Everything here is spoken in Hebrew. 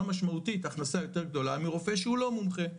משמעותית הכנסה יותר גדולה מרופא שהוא לא מומחה,